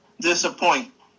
disappoint